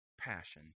Passion